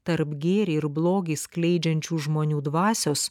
tarp gėrį ir blogį skleidžiančių žmonių dvasios